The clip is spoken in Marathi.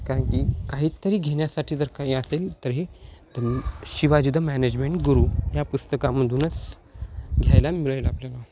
कारण की काहीतरी घेण्यासाठी जर काही असेल तर हे तर शिवाजी द मॅनेजमेंट गुरु या पुस्तकामधूनच घ्यायला मिळेल आपल्याला